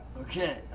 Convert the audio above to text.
okay